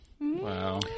Wow